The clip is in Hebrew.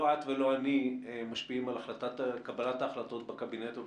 לא את ולא אני משפיעים על קבלת החלטות בקבינט ובממשלה.